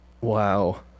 Wow